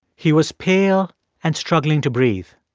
he was pale and struggling to breathe.